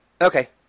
Okay